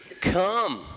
come